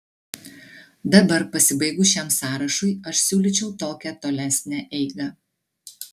dabar pasibaigus šiam sąrašui aš siūlyčiau tokią tolesnę eigą